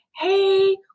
Hey